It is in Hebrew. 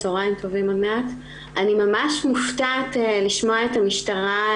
אני ממש מופתעת לשמוע את המשטרה.